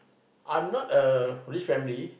I'm not a rich family